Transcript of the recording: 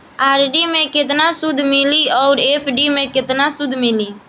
RD मे केतना सूद मिली आउर एफ.डी मे केतना सूद मिली?